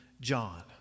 John